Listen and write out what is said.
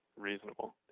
reasonable